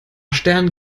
stern